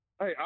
hey